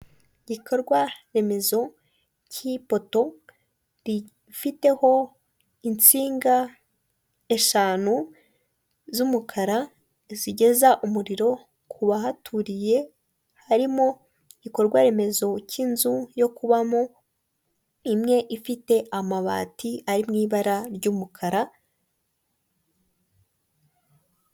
Igikorwa remezo cy'ipoto rifiteho insinga eshanu z'umukara zigeza umuriro ku bahaturiye, harimo igikorwaremezo cy'in inzu yo kubamo imwe ifite amabati ari mu ibara ry'umukara.